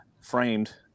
framed